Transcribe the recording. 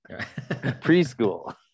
preschool